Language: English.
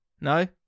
no